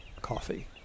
coffee